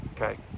Okay